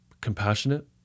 compassionate